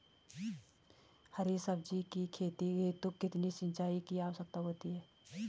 हरी सब्जी की खेती हेतु कितने सिंचाई की आवश्यकता होती है?